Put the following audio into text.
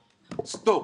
סטופ,